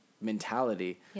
mentality